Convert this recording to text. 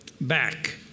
back